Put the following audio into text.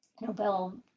Nobel